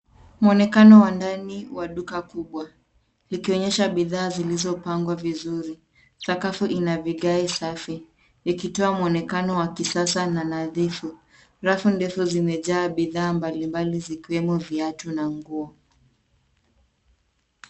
Muonekano wa ndani wa duka kubwa, likionyesha bidhaa zilizopangwa vizuri. Sakafu ina vigae safi, likitoa muonekano wa kisasa na nadhifu. Rafu ndefu zimejaa bidhaa mbalimbali zikiwemo viatu na nguo.